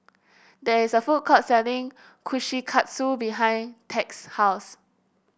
there is a food court selling Kushikatsu behind Tex house